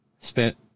spent